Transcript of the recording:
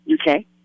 Okay